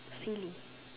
silly